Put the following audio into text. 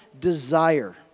desire